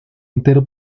entero